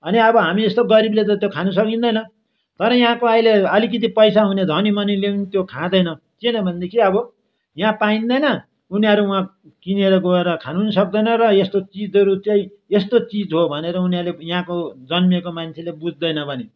अनि अब हामी जस्तो गरीबले त त्यो खानु सकिँदैन तर यहाँको अहिले आलिकिति पैसा हुने धनीमनीले पनि त्यो खाँदैन किन भनेदेखि अब यहाँ पाइँदैन उनीहरू वहाँ किनेर गएर खानु पनि सक्दैन र यस्तो चिजहरू चाहिँ यस्तो चिज हो भनेर उनीहरूले यहाँको जन्मिएको मान्छेले बुझ्दैन पनि